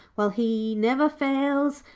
while he never fails,